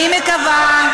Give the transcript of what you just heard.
אני מקווה,